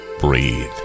Breathe